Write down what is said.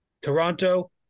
Toronto